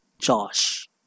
Josh